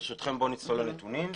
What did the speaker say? ברשותכם נצלול לנתונים,